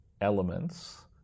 elements